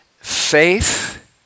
faith